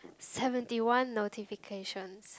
seventy one notifications